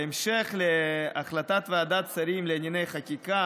בהמשך להחלטת ועדת השרים לענייני חקיקה